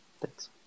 Thanks